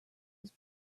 was